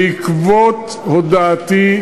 בעקבות הודעתי,